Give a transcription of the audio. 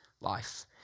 life